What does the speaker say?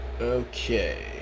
Okay